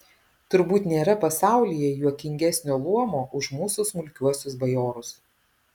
turbūt nėra pasaulyje juokingesnio luomo už mūsų smulkiuosius bajorus